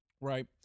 right